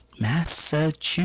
Massachusetts